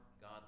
God